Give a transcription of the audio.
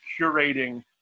curating